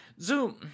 Zoom